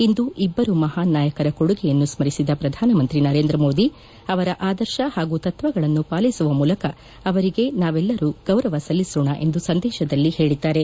ಇಂದು ಇಬ್ಬರು ಮಹಾನ್ ನಾಯಕರ ಕೊಡುಗೆಯನ್ನು ಸ್ಮರಿಸಿದ ಪ್ರಧಾನ ಮಂತ್ರಿ ನರೇಂದ್ರ ಮೋದಿ ಅವರ ಆದರ್ಶ ಹಾಗೂ ತತ್ವಗಳನ್ನು ಪಾಲಿಸುವ ಮೂಲಕ ಅವರಿಗೆ ನಾವೆಲ್ಲರೂ ಗೌರವ ಸಲ್ಲಿಸೋಣ ಎಂದು ಸಂದೇಶದಲ್ಲಿ ಹೇಳಿದ್ದಾರೆ